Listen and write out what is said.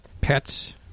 pets